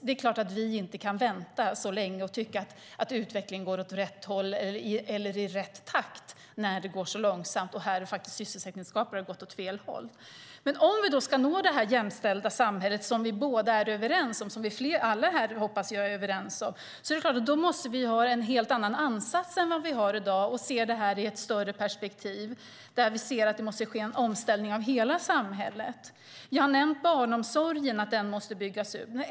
Det är klart att vi inte kan vänta så länge och tycka att utvecklingen går åt rätt håll eller i rätt takt när det går så långsamt. När det gäller sysselsättningsgapet har det faktiskt gått åt fel håll. Om vi ska nå det jämställda samhälle som vi båda är överens om, och som jag hoppas att alla här är överens om, är det klart att vi måste ha en helt annan ansats än vad vi har i dag och se detta i ett större perspektiv. Det måste ske en omställning av hela samhället. Jag har nämnt att barnomsorgen måste byggas ut.